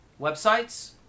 websites